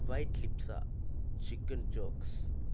white pizza chicken chops